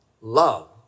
love